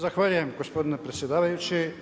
Zahvaljujem gospodine predsjedavajući.